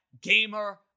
gamer